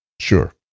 Sure